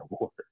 award